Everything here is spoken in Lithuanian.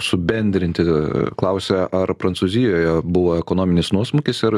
subendrinti klausia ar prancūzijoje buvo ekonominis nuosmūkis ar